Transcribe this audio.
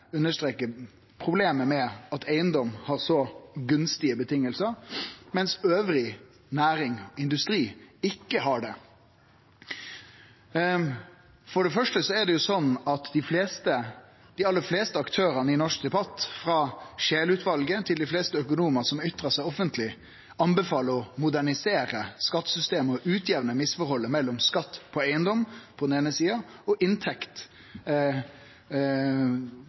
problemet med at eigedom har så gunstige vilkår, mens næringar elles og industri ikkje har det. For det første er det slik at dei aller fleste aktørane i norsk debatt, frå Scheel-utvalet til dei fleste økonomane som snakkar offentleg, anbefaler å modernisere skattesystemet og utjamne misforholdet mellom skatt på eigedom på den eine sida og inntekt